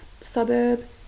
suburb